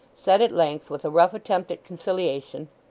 said at length, with a rough attempt at conciliation,